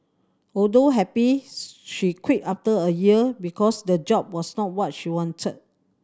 although happy she quit after a year because the job was not what she wanted